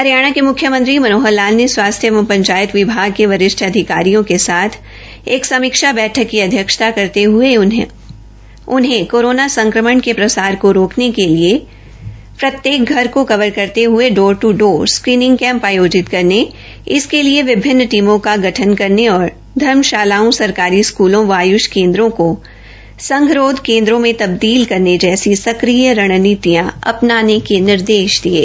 हरियाणा के मुख्यमंत्री मनोहर लाल ने स्वास्थ्य व पंचायत विभाग के वरिष्ट अधिकारियों के साथ एक समीक्षा बैठक की अध्यक्षता करते हुए ॅउन्हें कोरोना संक्रमण के प्रसार को रोकने के लिए प्रत्येक घर को कवर करते हुए door to door screening camp आयोजित करने इसके लिए विभिन्न टीमों का गठन करने और धर्मषालाओं सरकारी स्कूलों और आयुष केन्द्रों को संगरोध केन्द्रों में तब्दील करने जैसी सक्रिय रणनीतियां अपनाने के निर्देष दिये